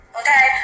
okay